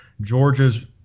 Georgia's